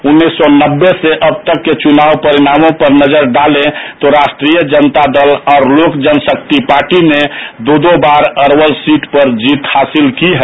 उन्नीस सौ नब्बे से अब तक के चुनाव परिणामों पर नजर डालें तो राष्ट्रीय जनता दल और लोक जनशक्ति पार्टी ने दो दो बार अरवल की सीट पर जीत हासिल की है